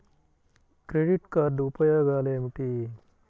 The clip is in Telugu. క్రెడిట్ కార్డ్ ఉపయోగాలు ఏమిటి?